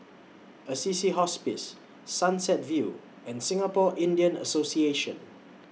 Assisi Hospice Sunset View and Singapore Indian Association